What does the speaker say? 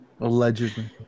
Allegedly